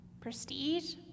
Prestige